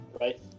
right